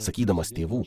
sakydamas tėvų